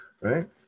Right